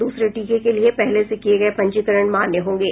दूसरे टीके के लिए पहले से किए गए पंजीकरण मान्य होंगे